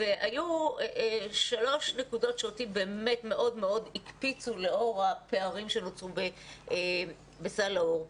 היו שלוש נקודות שאותי באמת מאוד הקפיצו לאור הפערים שנוצרו בסל לאור.